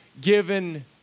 given